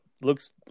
looks